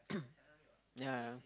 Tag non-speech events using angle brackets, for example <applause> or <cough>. <coughs> yeah